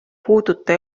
puuduta